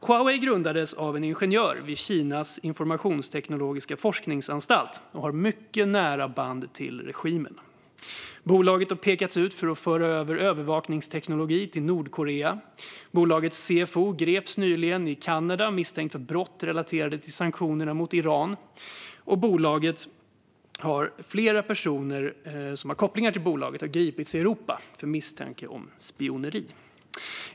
Huawei grundades av en ingenjör vid Kinas informationsteknologiska forskningsanstalt och har mycket nära band till regimen. Bolaget har pekats ut för att överföra övervakningsteknologi till Nordkorea. Bolagets CFO greps nyligen i Kanada misstänkt för brott relaterade till sanktionerna mot Iran, och flera personer med koppling till bolaget har gripits i Europa för misstanke om spioneri.